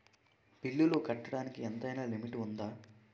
బిల్లులు కట్టడానికి ఎంతైనా లిమిట్ఉందా?